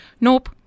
Nope